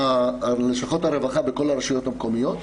לשכות הרווחה וכל הראשויות המקומיות.